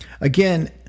Again